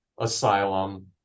asylum